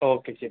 okay ശരി ശരി